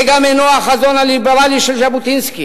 זה גם אינו החזון הליברלי של ז'בוטינסקי.